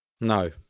No